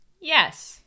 Yes